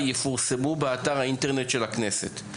יפורסמו באתר האינטרנט של הכנסת.